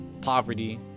Poverty